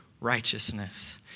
righteousness